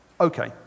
Okay